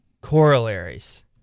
Corollaries